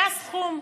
זה הסכום.